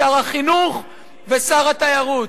שר החינוך ושר התיירות.